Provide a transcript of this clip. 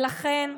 ולכן,